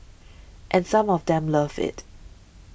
and some of them love it